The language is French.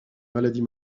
maladie